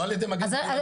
לא על ידי מגן דוד אדום.